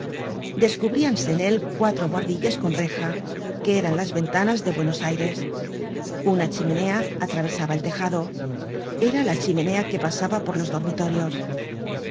descubríanse en él cuatro buhardillas con reja que eran las ventanas de buenos aires una chimenea atravesaba el tejado era la chimenea que pasaba por los dormitorios